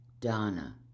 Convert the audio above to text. Donna